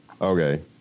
Okay